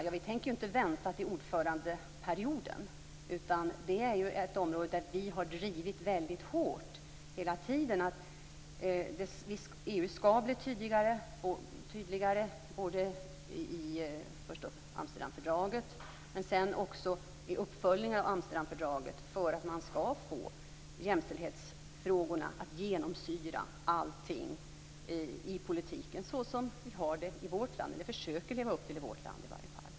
Ja, vi tänker inte vänta till ordförandeperioden, utan det är ett område där vi hela tiden drivit väldigt hårt att EU skall bli tydligare, först i Amsterdamfördraget och sedan i uppföljningen av fördraget, för att man skall få jämställdhetsfrågorna att genomsyra allting i politiken, såsom vi har det i vårt land. Vi försöker leva upp till det vi har i vårt land.